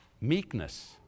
Meekness